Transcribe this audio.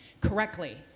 Correctly